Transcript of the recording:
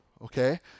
okay